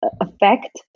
effect